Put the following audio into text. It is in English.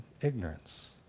ignorance